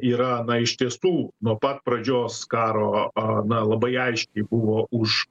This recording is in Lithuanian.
yra na iš ties tų nuo pat pradžios karo a na labai aiškiai buvo už